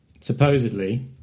Supposedly